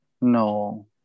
no